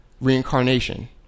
reincarnation